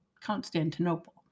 Constantinople